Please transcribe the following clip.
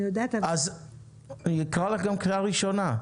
אני יודעת, אבל --- אקרא לך גם קריאה ראשונה.